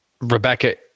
rebecca